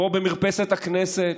פה במרפסת הכנסת: